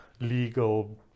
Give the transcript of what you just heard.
legal